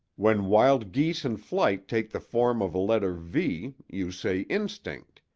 when wild geese in flight take the form of a letter v you say instinct.